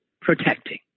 protecting